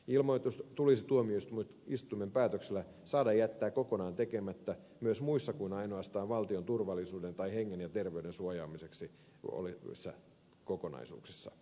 ilmoitus tulisi tuomioistuimen päätöksellä saada jättää kokonaan tekemättä myös muissa kuin ainoastaan valtion turvallisuuden tai hengen ja terveyden suojaamiseksi olevissa kokonaisuuksissa